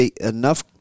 enough